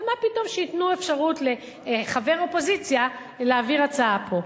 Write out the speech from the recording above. אבל מה פתאום שייתנו אפשרות לחבר אופוזיציה להעביר הצעה פה?